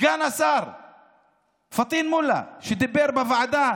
אני שמעתי את סגן השר פטין מולא, שדיבר בוועדה